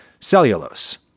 cellulose